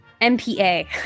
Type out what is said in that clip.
M-P-A